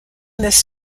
this